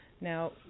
Now